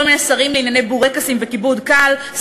כל מיני שרים לענייני בורקסים וכיבוד קל,